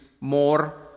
more